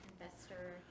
investor